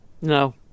No